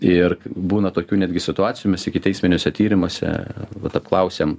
ir būna tokių netgi situacijų mes ikiteisminiuose tyrimuose vat apklausėm